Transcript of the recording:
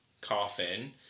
coffin